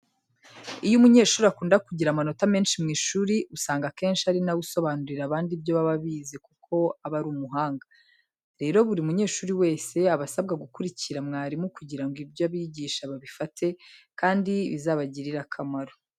Iyo umunyeshuri akunda kugira amanota menshi mu ishuri, usanga akenshi ari na we usobanurira abandi ibyo baba bize kuko aba ari umuhanga. Rero buri munyeshuri wese aba asabwa gukurikira mwarimu kugira ngo ibyo abigisha babifate, kandi bizabagirire akamaro.